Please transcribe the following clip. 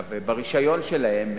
ברשיון שלהם,